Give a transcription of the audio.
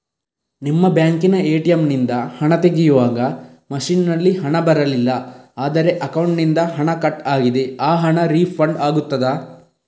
ನಿಮ್ಮ ಬ್ಯಾಂಕಿನ ಎ.ಟಿ.ಎಂ ನಿಂದ ಹಣ ತೆಗೆಯುವಾಗ ಮಷೀನ್ ನಲ್ಲಿ ಹಣ ಬರಲಿಲ್ಲ ಆದರೆ ಅಕೌಂಟಿನಿಂದ ಹಣ ಕಟ್ ಆಗಿದೆ ಆ ಹಣ ರೀಫಂಡ್ ಆಗುತ್ತದಾ?